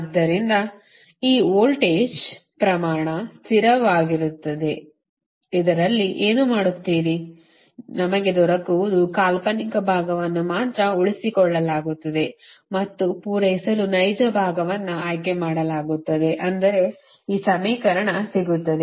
ಆದ್ದರಿಂದ ಈ ವೋಲ್ಟೇಜ್ ಪ್ರಮಾಣ ಸ್ಥಿರವಾಗಿರುತ್ತದೆ ಇದರಲ್ಲಿ ಏನು ಮಾಡುತ್ತೀರಿ ನಮಗೆ ದೊರಕುವದು ಕಾಲ್ಪನಿಕ ಭಾಗವನ್ನು ಮಾತ್ರ ಉಳಿಸಿಕೊಳ್ಳಲಾಗುತ್ತದೆ ಮತ್ತು ಪೂರೈಸಲು ನೈಜ ಭಾಗವನ್ನು ಆಯ್ಕೆ ಮಾಡಲಾಗುತ್ತದೆ ಅಂದರೆ ಈ ಸಮೀಕರಣದಿಂದ ಸಿಗುತ್ತದೆ